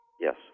Yes